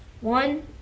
One